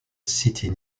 city